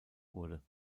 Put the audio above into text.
wurde